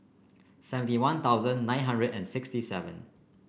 seventy One Thousand nine hundred and sixty seven